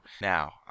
now